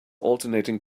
alternating